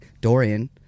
Dorian